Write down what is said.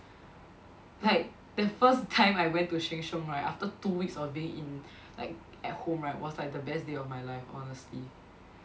like the first time I went to Sheng-Siong right after two weeks of being in like at home right was like the best day of my life honestly